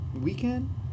weekend